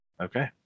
Okay